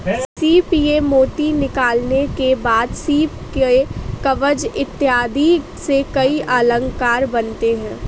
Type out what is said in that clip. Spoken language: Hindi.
सीप से मोती निकालने के बाद सीप के कवच इत्यादि से कई अलंकार बनते हैं